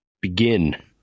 Begin